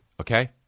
Okay